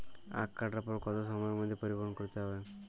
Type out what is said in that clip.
আখ কাটার পর কত সময়ের মধ্যে পরিবহন করতে হবে?